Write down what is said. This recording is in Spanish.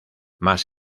más